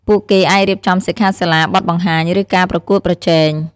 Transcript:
ពួកគេអាចរៀបចំសិក្ខាសាលា បទបង្ហាញ ឬការប្រកួតប្រជែង។